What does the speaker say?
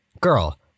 Girl